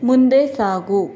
ಮುಂದೆ ಸಾಗು